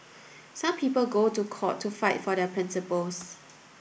some people go to court to fight for their principles